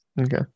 Okay